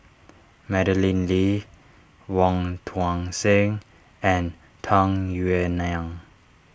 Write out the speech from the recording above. Madeleine Lee Wong Tuang Seng and Tung Yue Nang